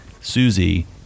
Susie